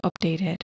updated